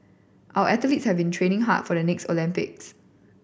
our athletes have been training hard for the next Olympics